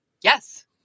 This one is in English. Yes